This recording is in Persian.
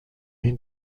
این